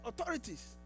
authorities